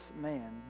man